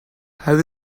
have